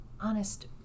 honest